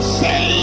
say